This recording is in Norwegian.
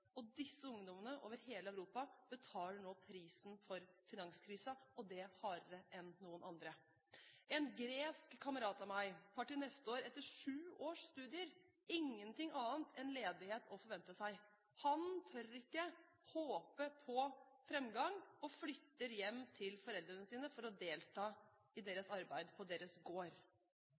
Disse ungdommene, over hele Europa, betaler nå prisen for finanskrisen, og det hardere enn noen andre. En gresk kamerat av meg har til neste år, etter sju års studier, ingenting annet enn ledighet å forvente seg. Han tør ikke håpe på framgang og flytter hjem til foreldrene sine for å delta i deres arbeid på gården deres.